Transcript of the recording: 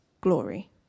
glory